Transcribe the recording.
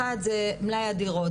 אחד זה מלאי הדירות,